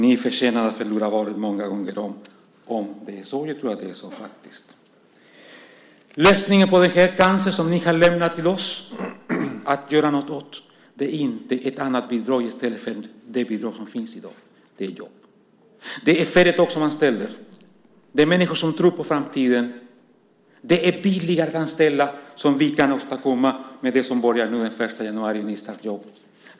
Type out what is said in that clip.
Ni förtjänar att förlora valet många gånger om, om det är så, och jag tror att det faktiskt är så. Lösningen på det cancerproblem som ni har lämnat till oss att göra något åt är inte ett annat bidrag i stället för det bidrag som finns i dag - det är jobb. Det är företag som anställer. Det är människor som tror på framtiden. Det är billigare att anställa med det vi kan åstadkomma som börjar den 1 januari, nystartsjobb.